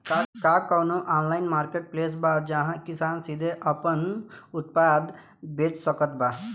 का कउनों online marketplace बा जहां किसान सीधे आपन उत्पाद बेच सकत बा?